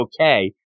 okay